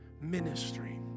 ministry